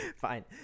Fine